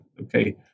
okay